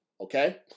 okay